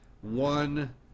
One